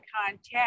contact